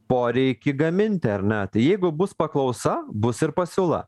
poreikį gaminti ar ne tai jeigu bus paklausa bus ir pasiūla